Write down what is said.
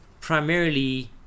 primarily